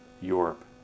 Europe